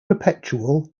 perpetual